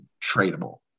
tradable